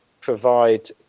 provide